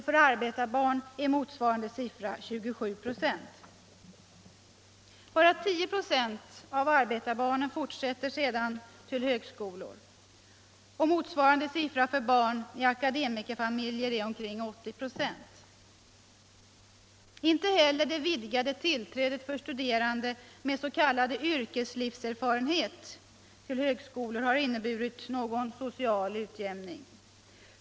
För arbetarbarnen är motsvarande siffra 27 26. Bara 10 96 av arbetarbarnen fortsätter sedan till högskolor. Motsvarande siffra för barn i akademikerfamiljer är omkring 80 96. Inte heller det vidgade tillträdet för studerande med s.k. yrkeslivserfarenhet till högskolor har inneburit någon social utjämning.